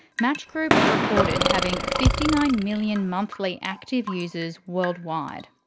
match group reported having fifty nine million monthly active users worldwide.